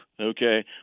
okay